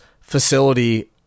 facility